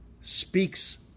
speaks